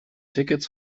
tickets